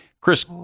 Chris